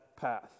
path